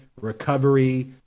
recovery